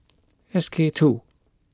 S K two